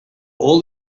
all